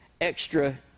extra